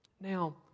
Now